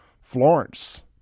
Florence